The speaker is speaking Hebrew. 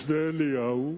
משדה-אליהו,